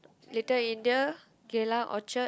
Little-India Geylang Orchard